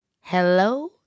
Hello